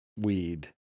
weed